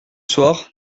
soir